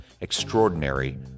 Extraordinary